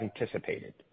anticipated